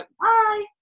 bye